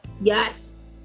Yes